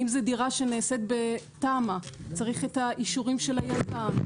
אם זו דירה שנעשית בתמ"א צריך את האישורים של היזם,